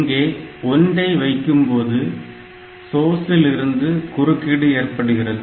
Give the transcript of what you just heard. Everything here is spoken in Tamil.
இங்கே 1 ஐ வைக்கும்போது சோர்சில் இருந்து குறுக்கீடு ஏற்படுகிறது